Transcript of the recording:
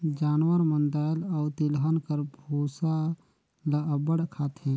जानवर मन दाएल अउ तिलहन कर बूसा ल अब्बड़ खाथें